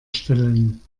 stellen